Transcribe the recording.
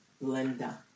Linda